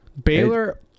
Baylor